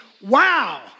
wow